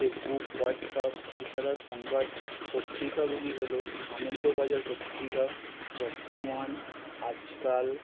Facebook WhatsApp এছাড়া সংবাদ পত্রিকাগুলি হলো আনন্দবাজার পত্রিকা বর্তমান আজকাল